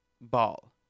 Ball